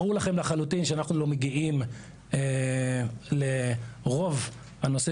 ברור לכם לחלוטין שאנחנו לא מגיעים לרוב הנושא